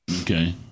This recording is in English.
Okay